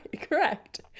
correct